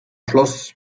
schluss